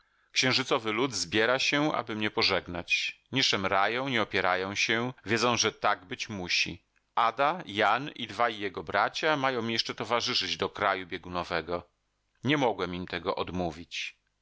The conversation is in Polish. księżycowy lud zbiera się aby mnie pożegnać nie szemrają nie opierają się wiedzą że tak być musi ada jan i dwaj jego bracia mają mi jeszcze towarzyszyć do kraju biegunowego nie mogłem im tego odmówić